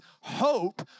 Hope